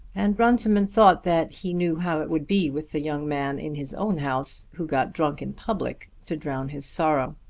and runciman thought that he knew how it would be with a young man in his own house who got drunk in public to drown his sorrow.